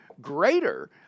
Greater